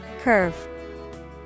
Curve